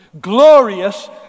glorious